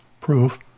proof